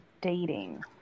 dating